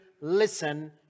listen